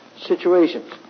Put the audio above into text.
situations